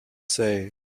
say